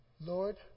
Lord